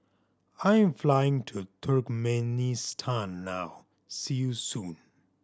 I'm flying to Turkmenistan now see you soon